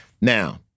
Now